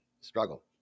struggle